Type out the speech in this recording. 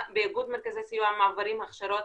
באיגוד מרכזי הסיוע גם מעבירים הכשרות,